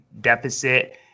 deficit